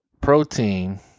protein